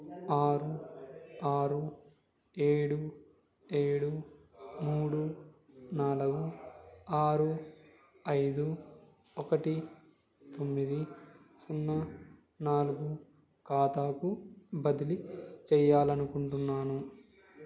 ఆరు ఆరు ఏడు ఏడు మూడు నాలుగు ఆరు ఐదు ఒకటి తొమ్మిది సున్నా నాలుగు ఖాతాకు బదిలీ చెయ్యాలనుకుంటున్నాను